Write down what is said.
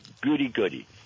goody-goody